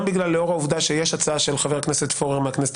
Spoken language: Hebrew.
גם לאור העובדה שיש הצעה של חבר הכנסת פורר מהכנסת